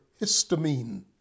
histamine